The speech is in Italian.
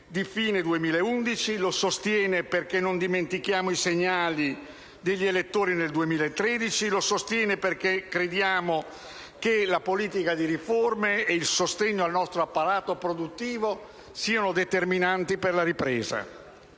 di fine 2011; lo sostiene perché non dimentichiamo i segnali degli elettori nel 2013 e perché crediamo che la politica di riforme ed il sostegno al nostro apparato produttivo siano determinanti per la ripresa.